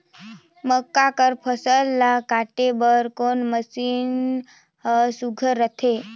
मक्का कर फसल ला काटे बर कोन मशीन ह सुघ्घर रथे?